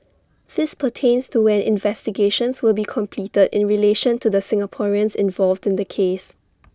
this pertains to when investigations will be completed in relation to the Singaporeans involved in the case